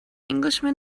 englishman